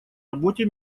работе